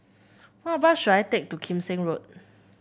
what bus should I take to Kim Seng Road